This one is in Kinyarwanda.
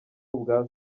ubwa